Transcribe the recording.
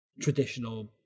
traditional